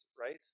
right